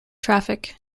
traffic